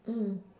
mm